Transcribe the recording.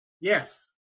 Yes